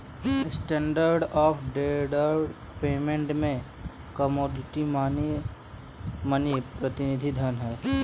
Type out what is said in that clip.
standard of deferred payment में commodity money प्रतिनिधि धन हैं